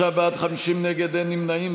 33 בעד, 50 נגד, אין נמנעים.